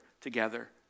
together